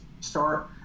start